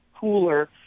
cooler